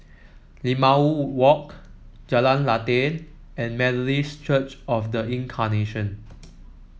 Limau Walk Jalan Lateh and Methodist Church Of The Incarnation